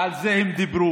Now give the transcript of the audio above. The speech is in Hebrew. ועל זה הם דיברו.